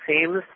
seems